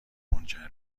منجر